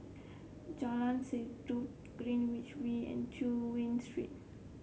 Jalan Sendudok Greenwich V and Chu Yen Street